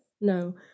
no